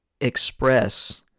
express